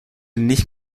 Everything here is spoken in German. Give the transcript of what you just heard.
nicht